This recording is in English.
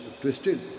twisted